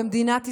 במדינת ישראל,